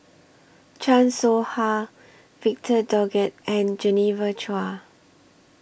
Chan Soh Ha Victor Doggett and Genevieve Chua